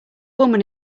woman